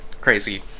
crazy